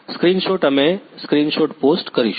screenshot અમે screenshot post કરીશું